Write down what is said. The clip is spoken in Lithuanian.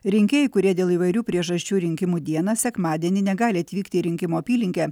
rinkėjai kurie dėl įvairių priežasčių rinkimų dieną sekmadienį negali atvykti į rinkimų apylinkę